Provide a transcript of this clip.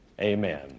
amen